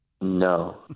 no